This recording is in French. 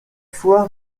foy